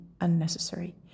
unnecessary